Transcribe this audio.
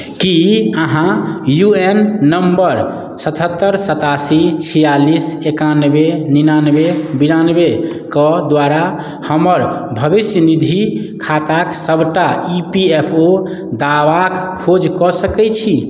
की अहाँ U N number सतहत्तरि सतासी छियालिस एकानबे निनानबे बिरानवे कऽ द्वारा हमर भविष्यनिधि खाताक सबटा ई पी एफ ओ दावाक खोज कऽ सकैत छी